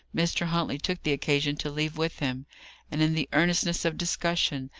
mr. huntley took the occasion to leave with him and, in the earnestness of discussion,